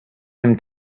him